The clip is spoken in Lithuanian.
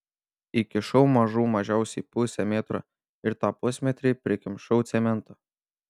įkišau mažų mažiausiai pusę metro ir tą pusmetrį prikimšau cemento